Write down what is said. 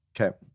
Okay